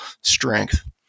strength